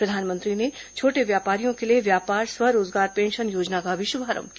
प्रधानमंत्री ने छोटे व्यापारियों के लिए व्यापार स्व रोजगार पेंशन योजना का भी शुभारंभ किया